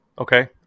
Okay